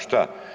Šta?